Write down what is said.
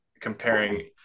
comparing